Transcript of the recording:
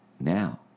Now